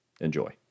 Enjoy